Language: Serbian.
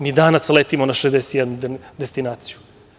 Mi danas letimo na 61 destinaciju.